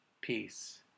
peace